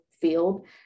field